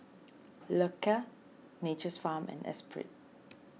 Loacker Nature's Farm and Espirit